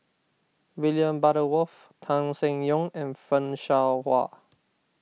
William Butterworth Tan Seng Yong and Fan Shao Hua